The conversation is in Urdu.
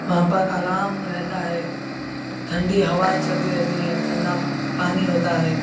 وہاں پر آرام رہتا ہے ٹھنڈی ہوائیں چلتی رہتی ہیں ٹھنڈا پانی ہوتا ہے